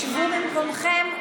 שבו במקומכם,